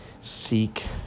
seek